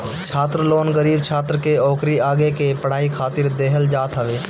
छात्र लोन गरीब छात्र के ओकरी आगे के पढ़ाई खातिर देहल जात हवे